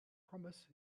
promise